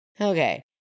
Okay